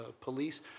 police